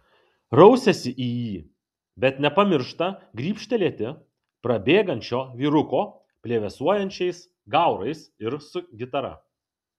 rausiasi į jį bet nepamiršta gribštelėti prabėgančio vyruko plevėsuojančiais gaurais ir su gitara